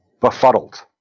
befuddled